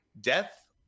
Death